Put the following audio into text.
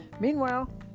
Meanwhile